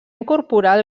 incorporar